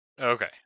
Okay